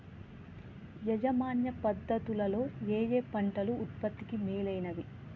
యాజమాన్య పద్ధతు లలో ఏయే పంటలు ఉత్పత్తికి మేలైనవి?